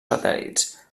satèl·lits